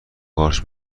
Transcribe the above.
قارچ